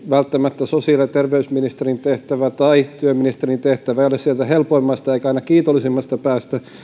välttämättä sosiaali ja terveysministerin tehtävä tai työministerin tehtävä ei ole sieltä helpoimmasta eikä aina kiitollisimmasta päästä